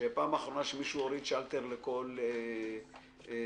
האחרונה שמישהו הוריד שאלטר לכל מדינת